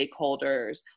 stakeholders